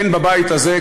אין בבית הזה,